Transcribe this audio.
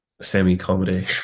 semi-comedy